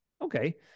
okay